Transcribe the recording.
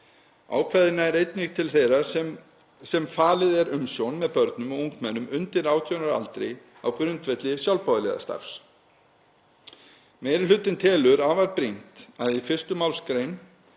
Ákvæðið nær einnig til þeirra sem falin er umsjón með börnum og ungmennum undir 18 ára aldri á grundvelli sjálfboðaliðastarfs. Meiri hlutinn telur afar brýnt að í 1. mgr.